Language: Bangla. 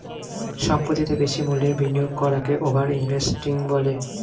সম্পত্তিতে বেশি মূল্যের বিনিয়োগ করাকে ওভার ইনভেস্টিং বলে